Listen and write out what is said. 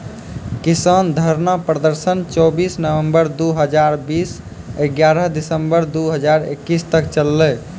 किसान धरना प्रदर्शन चौबीस नवंबर दु हजार बीस स ग्यारह दिसंबर दू हजार इक्कीस तक चललै